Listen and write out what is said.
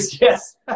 yes